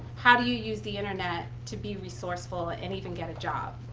how do you use the internet to be resourceful and even get a job?